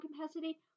capacity